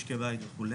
משקי בית וכו'.